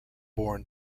born